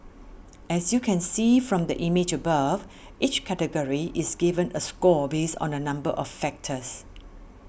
as you can see from the image above each category is given a score based on a number of factors